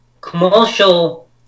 commercial